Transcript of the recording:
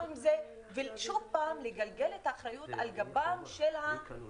עם זה ושוב פעם לגלגל את האחריות על גבם של הנהגים.